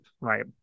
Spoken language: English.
right